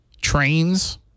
trains